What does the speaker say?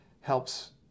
helps